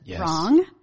wrong